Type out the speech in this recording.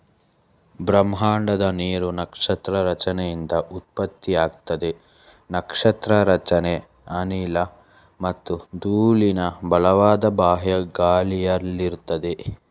ಬ್ರಹ್ಮಾಂಡದ ನೀರು ನಕ್ಷತ್ರ ರಚನೆಯಿಂದ ಉತ್ಪತ್ತಿಯಾಗ್ತದೆ ನಕ್ಷತ್ರ ರಚನೆ ಅನಿಲ ಮತ್ತು ಧೂಳಿನ ಬಲವಾದ ಬಾಹ್ಯ ಗಾಳಿಯಲ್ಲಿರ್ತದೆ